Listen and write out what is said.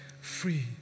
Free